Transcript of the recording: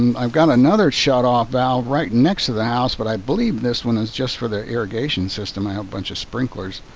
i've got another shutoff valve right next to the house but i believe this one is just for the irrigation system. i have a bunch of sprinklers.